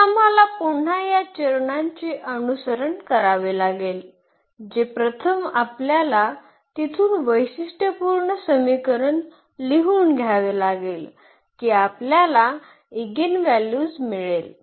तर आम्हाला पुन्हा या चरणांचे अनुसरण करावे लागेल जे प्रथम आपल्याला तिथून वैशिष्ट्यपूर्ण समीकरण लिहून घ्यावे लागेल की आपल्याला एगेनव्हल्यूज मिळेल